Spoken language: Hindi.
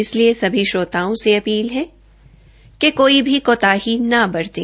इसलिए सभी श्रोताओं से अपील है कि कोई भी कोताही न बरतें